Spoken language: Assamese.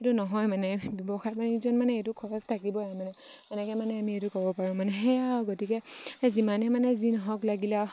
এইটো নহয় মানে ব্যৱসায় বাণিজ্যত মানে এইটো খৰচ থাকিবই মানে এনেকৈ মানে আমি এইটো ক'ব পাৰোঁ মানে সেয়া আৰু গতিকে যিমানেই মানে যি নহওক লাগিলে